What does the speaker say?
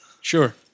Sure